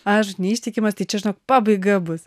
aš neištikimas tai čia žinok pabaiga bus